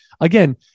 again